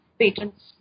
patents